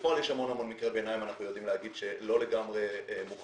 בפועל יש המון מקרי ביניים ואנחנו יודעים לומר שהם לא לגמרי מוחלטים.